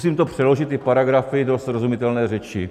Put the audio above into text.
Zkusím přeložit ty paragrafy do srozumitelné řeči.